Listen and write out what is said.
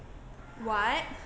what